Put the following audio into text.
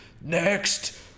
next